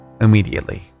immediately